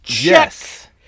Yes